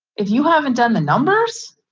if you haven't done the numbers,